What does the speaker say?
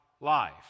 life